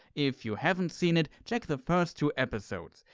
if you haven't seen it, check the first two episodes.